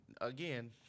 again